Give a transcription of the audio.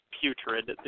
putrid